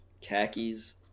khakis